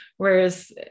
Whereas